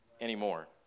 anymore